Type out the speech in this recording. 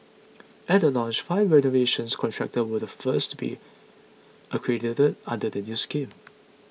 at the launch five renovation contractors were the first to be accredited under the new scheme